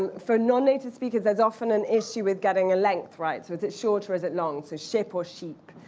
um for non-native speakers there's often an issue with getting a length right. so is it shorter, is it long, so ship or sheep,